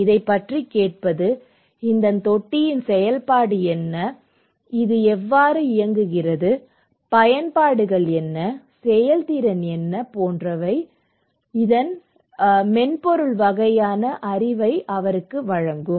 இதைப் பற்றி கேட்பது இந்த தொட்டியின் செயல்பாடு என்ன அது எவ்வாறு இயங்குகிறது பயன்பாடுகள் என்ன செயல்திறன் போன்றவை போன்ற மென்பொருள் வகையான அறிவை அவருக்கு வழங்கும்